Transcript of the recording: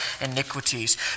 iniquities